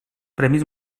premis